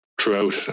throughout